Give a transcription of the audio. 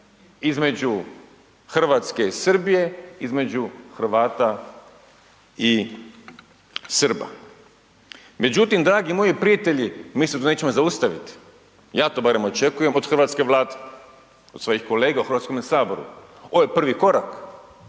između RH i Srbije, između Hrvata i Srba. Međutim, dragi moji prijatelji, mi se tu nećemo zaustaviti, ja to barem to očekujem od hrvatske Vlade, od svojih kolega u HS, ovo je prvi korak,